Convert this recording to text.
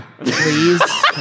please